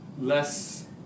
less